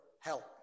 Help